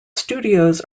studios